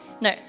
No